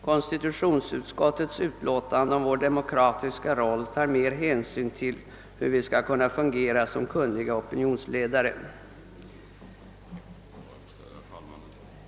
Konstitutionsutskottets utlåtande om vår demokratiska roll tar mer hänsyn till hur vi skall kunna fungera som kunniga opinionsledare.